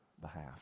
behalf